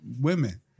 women